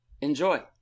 enjoy